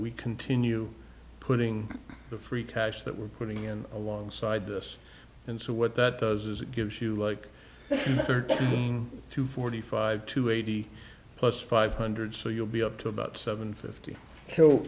we continue putting the free cash that we're putting in alongside this and so what that does is it gives you like thirty to forty five to eighty plus five hundred so you'll be up to about seven fifty so